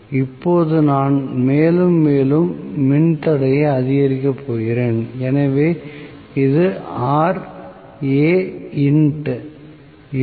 இப்போது நான் மேலும் மேலும் மின் தடையை அதிகரிக்கப் போகிறேன் எனவே இது இது